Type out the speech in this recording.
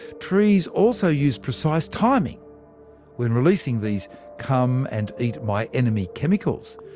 trees also use precise timing when releasing these come and eat my enemy chemicals.